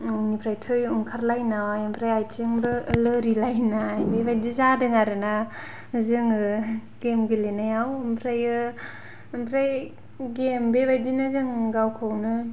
निफ्राय थै ओंखारलायनाय ओमफ्राय आइथिंबो लोरिलायनाय बेबायदि जादों आरोना जोङो गेम गेलेनायाव ओमफ्रायो ओमफ्राय गेम बेबायदिनो जों गावखौनो